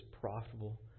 profitable